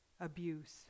abuse